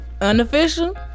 Unofficial